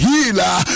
Healer